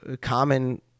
common